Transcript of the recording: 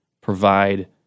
provide